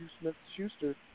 Smith-Schuster